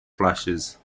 flashes